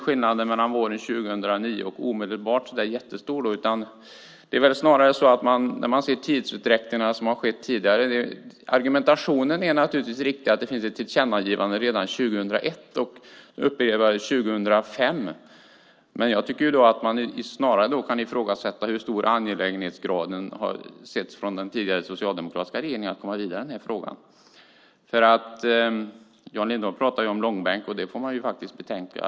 Skillnaden mellan våren 2009 och omedelbart är inte så där jättestor. Apropå tidsutdräkt är argumentationen naturligtvis riktig. Det fanns ett tillkännagivande redan 2001 som upprepades 2005. Men jag tycker att man snarare kan fråga hur hög angelägenhetsgrad det varit under den tidigare socialdemokratiska regeringen för att komma vidare i denna fråga. Jan Lindholm pratade om långbänk, och det får man faktiskt betänka.